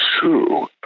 true